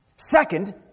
Second